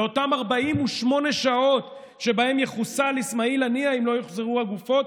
לאותן 48 שעות שבהם יחוסל איסמאעיל הנייה אם לא יוחזרו הגופות.